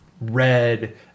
red